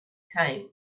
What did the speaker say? came